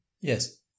Yes